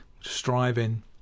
striving